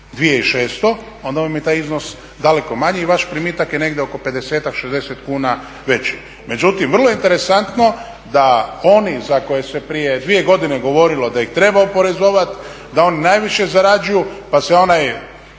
2600 onda vam je taj iznos daleko manji i vaš primitak je negdje oko 50-ak, 60 kuna veći. Međutim, vrlo je interesantno da oni za koje se prije dvije godine govorilo da ih treba oporezovati, da oni najviše zarađuju pa se ona